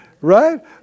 Right